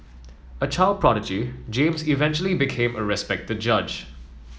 a child prodigy James eventually became a respected judge